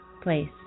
place